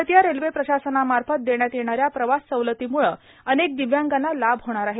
भारतीय रेल्वे प्रशासनामार्फत देण्यात येणाऱ्या प्रवास सवलतीमुळे अनेक दिव्यांगांना लाभ होणार आहे